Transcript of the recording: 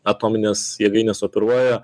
atominės jėgainės operuoja